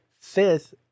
fifth